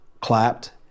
clapped